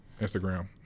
Instagram